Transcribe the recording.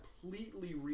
completely